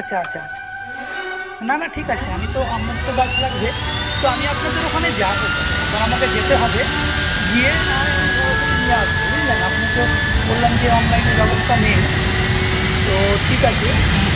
আচ্ছা আচ্ছা আচ্ছা না না ঠিক আছে আমি তো আপনার তো গাছ লাগবে তো আমি আপনাদের ওখানে যাবো তাহলে একবার আমাকে যেতে হবে গিয়ে নাহয় আমি সরাসরি নিয়ে আসবো বুঝলেন আপনি তো বললেন যে অনলাইনের ব্যবস্থা নেই তো ঠিক আছে